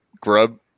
grub